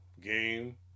Game